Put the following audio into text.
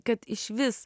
kad išvis